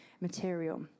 material